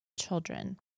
children